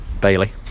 Bailey